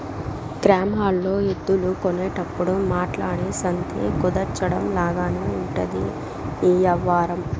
గ్రామాల్లో ఎద్దులు కొనేటప్పుడు మాట్లాడి సంధి కుదర్చడం లాగానే ఉంటది ఈ యవ్వారం